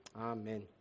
Amen